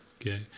okay